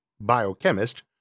Biochemist